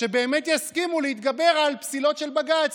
שבאמת יסכימו להתגבר על פסילות של בג"ץ.